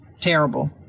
terrible